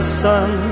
sun